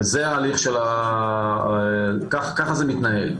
זה ההליך, ככה זה מתנהל.